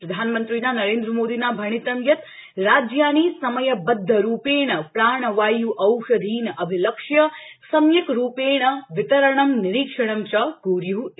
प्रधानमन्त्रिणा नरेन्द्रमोदिना भणितं यत् राज्यानि समयबदधरूपेण प्राणवाय् औषधीन् अभिलक्ष्य सम्यक् रूपेण वितरणं निरीक्षणं च कुर्यू इति